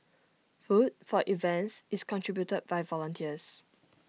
food for events is contributed by volunteers